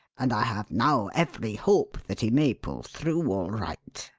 and i have now every hope that he may pull through all right.